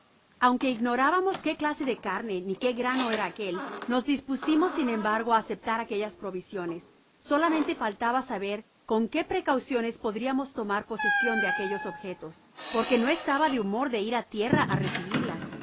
aunque ignorábamos qué clase de carne ni qué grano era aquel nos dispusimos sin embargo á aceptar aquellas provisiones solamente faltaba saber con qué precauciones podriamos tomar posesion de aquellos objetos porque no estaba de humor de ir á tierra á recibirlas